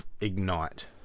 Ignite